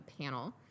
panel